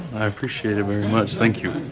i appreciate it very much, thank you.